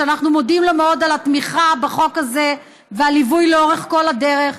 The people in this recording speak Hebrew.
שאנחנו מודים לו על התמיכה בחוק הזה ועל הליווי לאורך כל דרך,